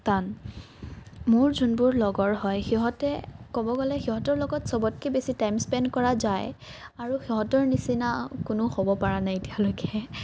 টান মোৰ যোনবোৰ লগৰ হয় সিহঁতে ক'ব গ'লে সিহঁতৰ লগত চবতকৈ বেছি টাইম স্পেন কৰা যায় আৰু সিহঁতৰ নিচিনা কোনো হ'ব পৰা নাই এতিয়ালৈকে